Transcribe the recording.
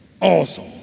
Awesome